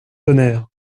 tonnerre